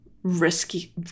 risky